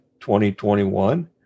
2021